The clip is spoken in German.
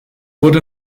wurde